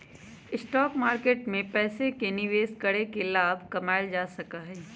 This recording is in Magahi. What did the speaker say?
स्टॉक मार्केट में पैसे के निवेश करके लाभ कमावल जा सका हई